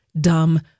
dumb